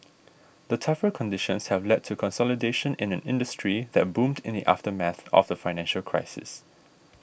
the tougher conditions have led to consolidation in an industry that boomed in the aftermath of the financial crisis